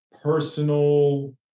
personal